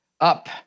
up